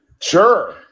Sure